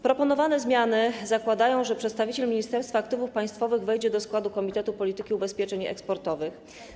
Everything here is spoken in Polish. Proponowane zmiany zakładają, że przedstawiciel Ministerstwa Aktywów Państwowych wejdzie do składu Komitetu Polityki Ubezpieczeń Eksportowych.